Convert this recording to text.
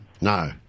No